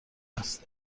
است